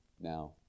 now